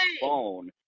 phone